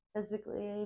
physically